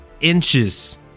inches